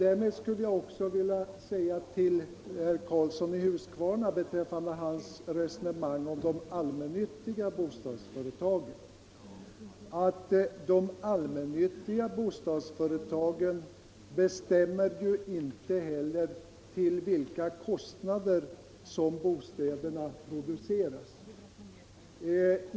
Jag skulle vilja säga till herr Karlsson i Huskvarna beträffande hans resonemang om de allmännyttiga bostadsföretagen att dessa ju inte bestämmer till vilka kostnader bostäderna produceras.